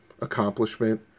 accomplishment